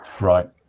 Right